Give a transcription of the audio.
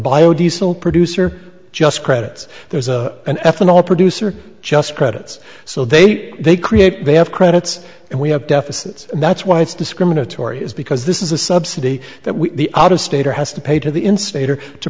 bio diesel producer just credits there's a an ethanol producer just credits so they they create they have credits and we have deficits and that's why it's discriminatory is because this is a subsidy that we the out of state or has to pay to the instigator to